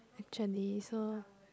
actually so